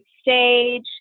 stage